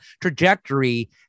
trajectory